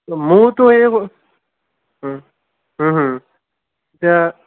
মোৰতো এয়ে হ'ল হু হু এতিয়া